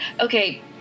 Okay